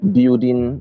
Building